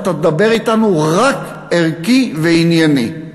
אתה תדבר אתנו רק ערכית ועניינית.